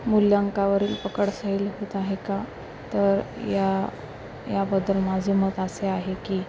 मूल्यांकांवरील पकड सैल होत आहे का तर या याबद्दल माझे मत असे आहे की